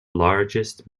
largest